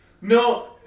no